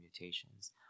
mutations